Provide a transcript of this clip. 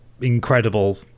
incredible